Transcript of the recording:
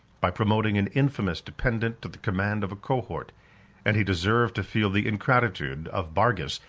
by promoting an infamous dependant to the command of a cohort and he deserved to feel the ingratitude of bargus,